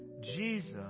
Jesus